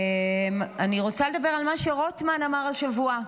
אני רוצה לדבר על מה שרוטמן אמר השבוע.